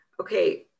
okay